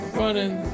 running